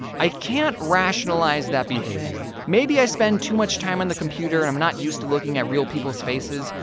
i can't rationalize that behavior. maybe i spend too much time on the computer and i'm not used to looking at real people's faces,